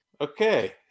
okay